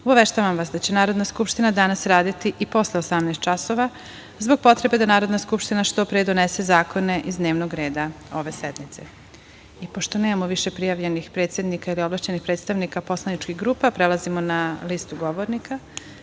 obaveštavam vas da će Narodna skupština danas raditi i posle 18.00 časova, zbog potrebe da Narodna skupština što pre donese zakone iz dnevnog reda ove sednice. Pošto nemamo više prijavljenih predsednika ili ovlašćenih predstavnika poslaničkih grupa, prelazimo na listu govornika. Reč